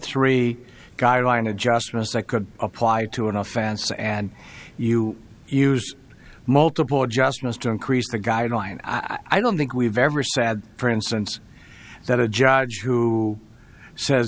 three guideline adjustments i could apply to an offense and you use multiple adjustments to increase the guideline i don't think we've ever sad for instance that a judge who says